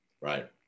right